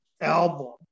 album